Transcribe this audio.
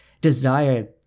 desire